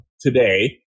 today